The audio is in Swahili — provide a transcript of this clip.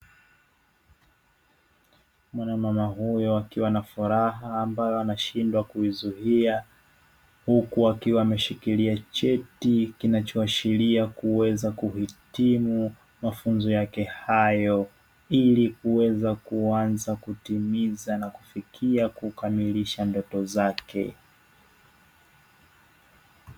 Mwanamama huyo akiwa anafuraha ambayo anashindwa kuizuia huku akiwa ameshikilia cheti, kinachoashiria kuweza kuhitimu mafunzo yake hayo ili kuweza kuanza kutimiza, na kufikia kukamilisha ndoto zake.